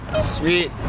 sweet